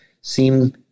seem